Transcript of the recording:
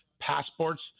passports